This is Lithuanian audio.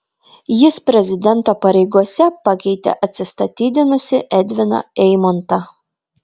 jis prezidento pareigose pakeitė atsistatydinusį edviną eimontą